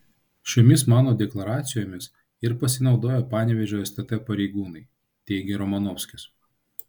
šiomis mano deklaracijomis ir pasinaudojo panevėžio stt pareigūnai teigė romanovskis